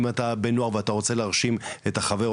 אם אתה בן נוער ואתה רוצה להרשים את החבר,